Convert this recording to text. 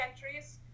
countries